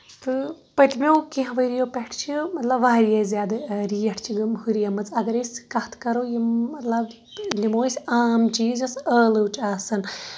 تہٕ پٔتۍمٮ۪و کیٚنٛہہ ؤرۍیو پٮ۪ٹھ چھِ مطلب واریاہ زیادٕ ریٹ چھِ یِم ہُریٚمٕژ اَگر أسۍ کتھ کَرو یِم مطلب نِمو أسۍ عام چیٖز یُس ٲلوٕ چھ آسان